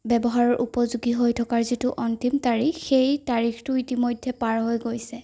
ব্যৱহাৰৰ উপযোগী হৈ থকাৰ যিটো অন্তিম তাৰিখ সেই তাৰিখটো ইতিমধ্যে পাৰ হৈ গৈছে